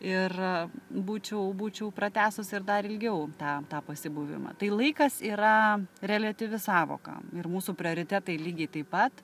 ir būčiau būčiau pratęsus ir dar ilgiau tą tą pasibuvimą tai laikas yra reliatyvi sąvoka ir mūsų prioritetai lygiai taip pat